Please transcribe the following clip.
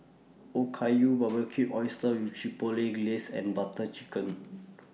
Okayu Barbecued Oysters with Chipotle Glaze and Butter Chicken